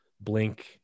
blink